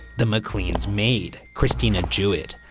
the maclean's maid, kristina jewett,